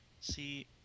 See